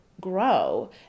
grow